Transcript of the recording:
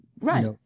Right